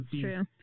true